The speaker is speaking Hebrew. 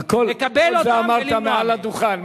לקבל אותם ולמנוע אותם.